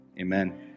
Amen